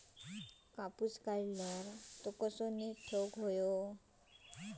कापूस काढल्यानंतर तो कसो नीट ठेवूचो?